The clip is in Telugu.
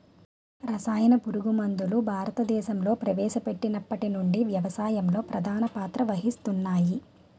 రసాయన పురుగుమందులు భారతదేశంలో ప్రవేశపెట్టినప్పటి నుండి వ్యవసాయంలో ప్రధాన పాత్ర వహిస్తున్నాయి